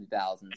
2000s